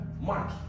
Mark